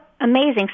amazing